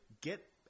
get